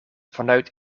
vanuit